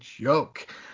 joke